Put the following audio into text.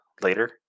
later